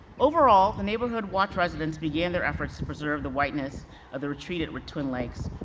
overall, the neighborhood watch residents began their efforts to preserve the whiteness of the retreat at twin lakes,